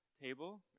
table